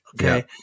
Okay